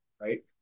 right